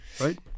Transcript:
right